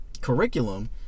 curriculum